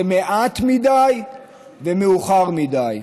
זה מעט מדי ומאוחר מדי.